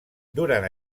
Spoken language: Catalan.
durant